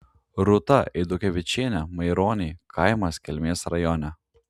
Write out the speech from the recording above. rūta eidukevičienė maironiai kaimas kelmės rajone